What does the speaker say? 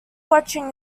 watching